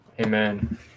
Amen